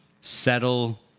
settle